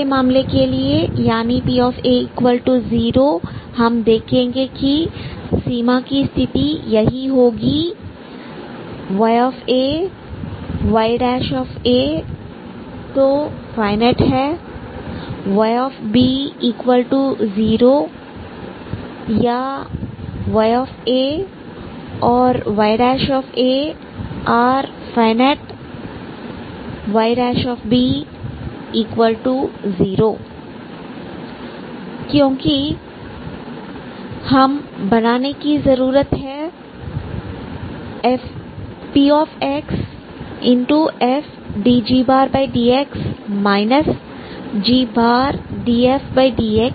दूसरे मामले के लिए यानी pa0 हम देखेंगे कि सीमा की स्थिति यही होगी yaya are finite yb0 orya and ya are finite yb0 क्योंकि हम बनाने की जरूरत है pxfdgdx gdfdx